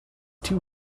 too